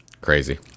Crazy